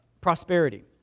prosperity